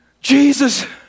Jesus